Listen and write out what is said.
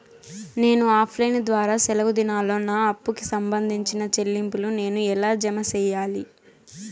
నేను offline ద్వారా సెలవు దినాల్లో నా అప్పుకి సంబంధించిన చెల్లింపులు నేను ఎలా జామ సెయ్యాలి?